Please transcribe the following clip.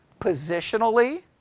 positionally